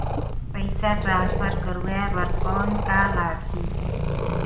पइसा ट्रांसफर करवाय बर कौन का लगही?